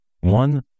one